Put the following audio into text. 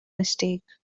mistake